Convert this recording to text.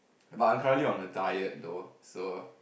but I'm currently on a diet though so